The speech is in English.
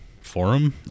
forum